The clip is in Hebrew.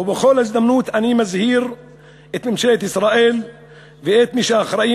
ובכל הזדמנות אני מזהיר את ממשלת ישראל ואת מי שאחראים